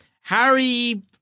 Harry